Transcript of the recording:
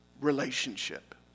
relationship